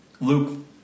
Luke